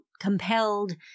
compelled